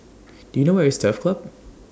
Do YOU know Where IS Turf Club